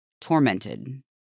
tormented